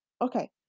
okay